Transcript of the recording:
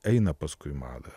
eina paskui madą